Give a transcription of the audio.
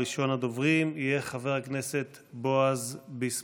ראשון הדוברים יהיה חבר הכנסת בועז ביסמוט.